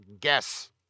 guess